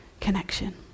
connection